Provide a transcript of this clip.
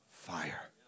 fire